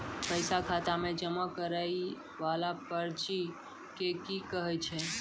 पैसा खाता मे जमा करैय वाला पर्ची के की कहेय छै?